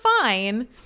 fine